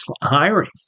hiring